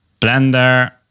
Blender